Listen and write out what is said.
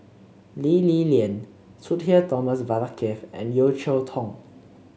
Lee Li Lian Sudhir Thomas Vadaketh and Yeo Cheow Tong